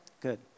Good